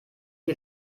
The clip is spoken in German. die